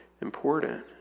important